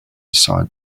aside